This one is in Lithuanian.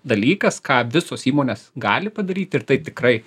dalykas ką visos įmonės gali padaryti ir tai tikrai